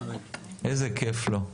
איזה כיף לו.